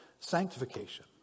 sanctification